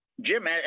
Jim